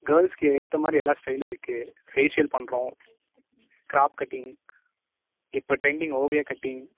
கேர்ள்ஸ்க்கு ஏற்ற மாதிரி எல்லா ஸ்டையிலும் இருக்குது ஃபேஷியல் பண்ணுறோம் கிராப் கட்டிங் இப்போ ட்ரெண்டிங் ஓவியா கட்டிங்